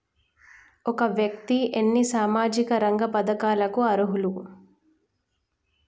ఒక వ్యక్తి ఎన్ని సామాజిక రంగ పథకాలకు అర్హులు?